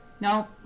No